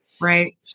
right